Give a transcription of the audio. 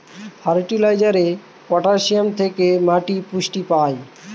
ফার্টিলাইজারে পটাসিয়াম থেকে মাটি পুষ্টি পায়